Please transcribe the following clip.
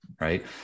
right